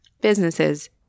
businesses